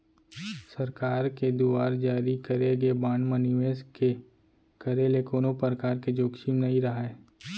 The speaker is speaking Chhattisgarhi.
सरकार के दुवार जारी करे गे बांड म निवेस के करे ले कोनो परकार के जोखिम नइ राहय